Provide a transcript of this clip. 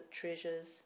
Treasures